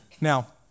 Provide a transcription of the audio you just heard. Now